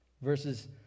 Verses